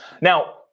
now